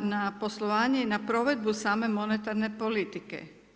na poslovanje i na provedbu same monetarne politike.